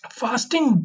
fasting